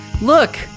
look